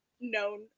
known